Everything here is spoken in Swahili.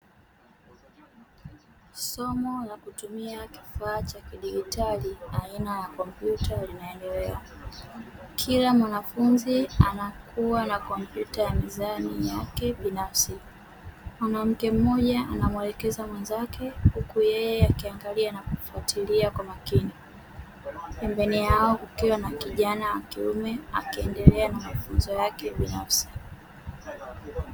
Somo la kutumia kifaa cha kidigitali aina ya kompyuta linaendelea. Kila mwanafunzi anakuwa na kompyuta mezani mwake binafsi. Mwanamke mmoja anamwelekeza mwenzake huku yeye akiangalia na kufuatilia kwa makini; pembeni yao kukiwa na kijana wa kiume akiendelea na mafunzo yake binafsi.